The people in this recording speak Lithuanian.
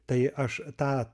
tai aš tą